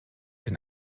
den